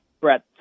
Brett